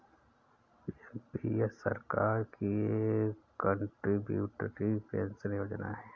NPS सरकार की एक कंट्रीब्यूटरी पेंशन योजना है